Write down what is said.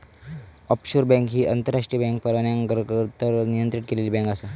offshore bank ही आंतरराष्ट्रीय banking परवान्याअंतर्गत नियंत्रित केलेली बँक आसा